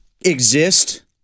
Exist